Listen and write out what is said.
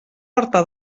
porta